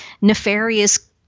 nefarious